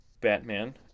Batman